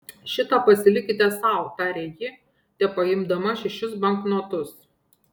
šitą pasilikite sau tarė ji tepaimdama šešis banknotus